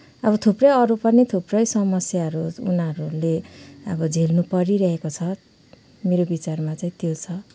अब थुप्रै अरू पनि थुप्रै समस्याहरू उनीहरूले अब झेल्नु परिरहेको छ मेरो विचारमा चाहिँ त्यो छ